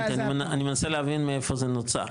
אני מנסה להבין מאיפה זה נוצר,